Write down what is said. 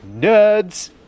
nerds